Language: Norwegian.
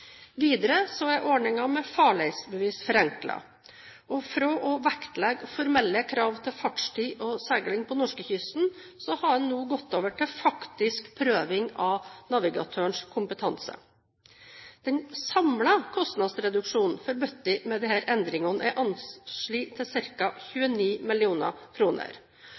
er ordningen med farleisbevis forenklet. Fra å vektlegge formelle krav til fartstid og seiling på norskekysten, har en nå gått over til faktisk prøving av navigatørens kompetanse. Den samlede kostnadsreduksjonen forbundet med disse endringene er anslått til ca. 29